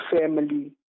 family